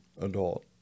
adult